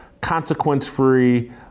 consequence-free